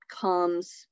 comes